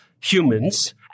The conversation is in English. humans